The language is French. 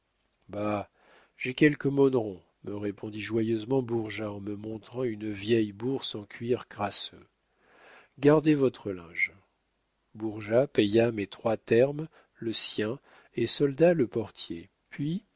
j'ai quelques monnerons me répondit joyeusement bourgeat en me montrant une vieille bourse en cuir crasseux gardez vostre linge bourgeat paya mes trois termes le sien et solda le portier puis